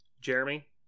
Jeremy